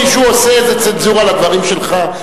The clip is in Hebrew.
מישהו עושה איזה צנזורה לדברים שלך?